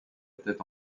était